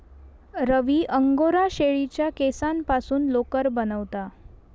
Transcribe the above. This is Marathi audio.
रवी अंगोरा शेळीच्या केसांपासून लोकर बनवता